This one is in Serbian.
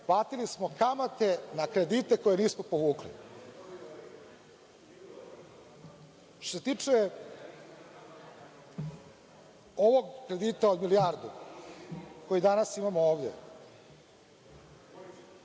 platili smo kamate na kredite koje nismo povukli. Što se tiče ovog kredita od milijardu koji danas imamo ovde,